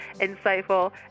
insightful